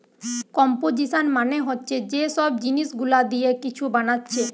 composition মানে হচ্ছে যে সব জিনিস গুলা দিয়ে কিছু বানাচ্ছে